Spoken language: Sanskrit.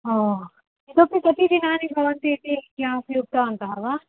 ओ इतोपि कति दिनानि भवन्ति इति किमपि उक्तवन्तः वा